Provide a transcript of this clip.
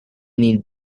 need